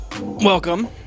Welcome